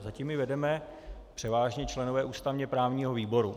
Zatím ji vedeme převážně členové ústavněprávního výboru.